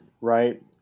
right